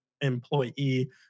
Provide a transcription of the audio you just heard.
employee